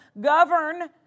govern